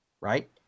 Right